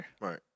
Right